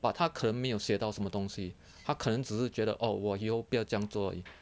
but 他可没有学到什么东西他可能只是觉得 orh 我以后不要这样做而已